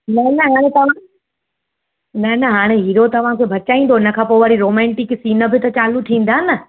न न हाणे तव्हांखे न न हाणे हीरो तव्हांखे बचाईंदो हुन खां पोइ वरी रोमांटिक सिन बि चालू थींदा न